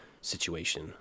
situation